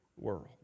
world